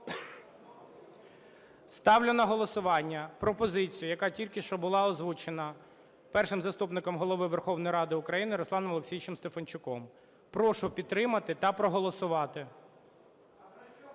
Ставлю на голосування пропозицію, яка тільки що була озвучена Першим заступником Голови Верховної Ради України Русланом Олексійовичем Стефанчуком. Прошу підтримати та проголосувати